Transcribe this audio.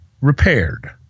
repaired